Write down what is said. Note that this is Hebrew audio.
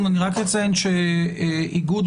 אני רוצה להתייחס